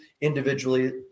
individually